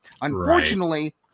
Unfortunately